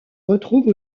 retrouve